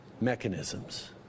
mechanisms